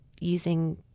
using